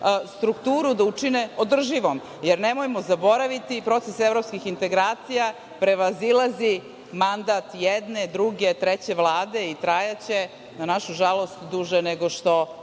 strukturu da učine održivom. Nemojmo zaboraviti, proces evropskih integracija prevazilazi mandat jedne, druge, treće vlade i trajaće, na našu žalost, duže nego što